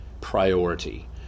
priority